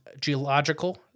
geological